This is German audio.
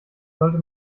sollte